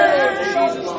Jesus